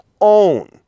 own